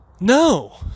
No